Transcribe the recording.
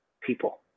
people